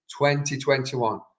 2021